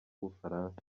bufaransa